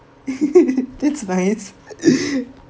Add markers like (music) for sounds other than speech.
(laughs) that's nice (laughs)